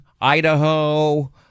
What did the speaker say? Idaho